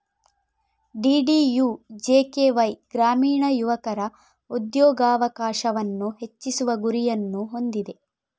DDUJKY ಗ್ರಾಮೀಣ ಯುವಕರ ಉದ್ಯೋಗಾವಕಾಶವನ್ನು ಹೆಚ್ಚಿಸುವ ಗುರಿಯನ್ನು ಹೊಂದಿದೆ